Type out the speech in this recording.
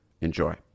Enjoy